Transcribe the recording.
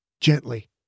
Gently